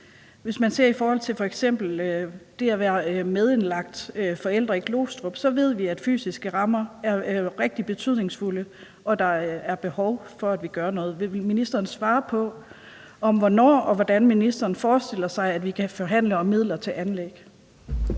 Hvis man ser på det i forhold til f.eks. at være medindlagt forælder i Glostrup, ved vi, at fysiske rammer er rigtig betydningsfulde, og at der er behov for, at vi gør noget. Vil ministeren svare på, hvornår og hvordan ministeren forestiller sig at vi kan forhandle om midler til anlæg?